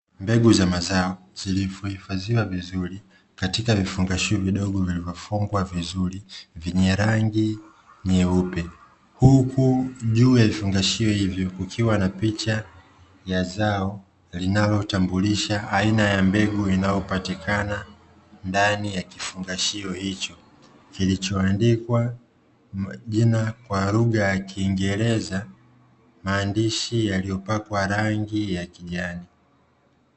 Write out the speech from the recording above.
Mbegu za mazao zilizohifadhiwa vizuri katika vifungashio vidogo vilivyofungwa vizuri vyenye rangi nyeupe, huku juu ya vifungashio hivyo kukiwa na picha ya zao linalotambulisha aina ya mbegu inayopatikana ndani ya kifungashio hicho, kilichoandikwa jina kwa lugha ya kiingereza, maandishi yaliyopakwa rangi ya kijani.